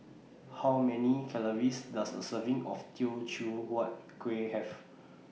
How Many Calories Does A Serving of Teochew Huat Kuih Have